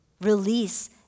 Release